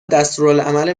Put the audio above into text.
دستورالعمل